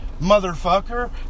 motherfucker